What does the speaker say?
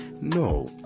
no